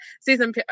season